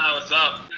what's up?